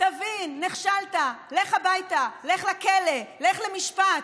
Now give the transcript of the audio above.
תבין, נכשלת, לך הביתה, לך לכלא, לך למשפט.